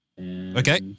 Okay